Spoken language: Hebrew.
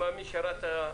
אני מאמין שאם רת"א